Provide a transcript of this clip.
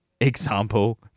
Example